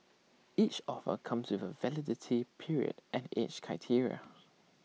each offer comes with A validity period and age criteria